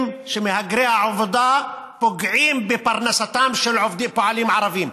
שמהגרי העבודה פוגעים בפרנסתם של פועלים ערבים.